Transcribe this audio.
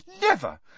Never